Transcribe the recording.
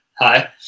Hi